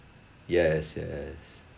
yes yes